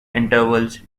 intervals